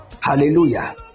Hallelujah